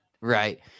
right